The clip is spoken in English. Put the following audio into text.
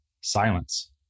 Silence